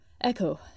Echo